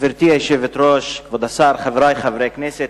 גברתי היושבת-ראש, כבוד השר, חברי חברי הכנסת,